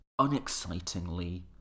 unexcitingly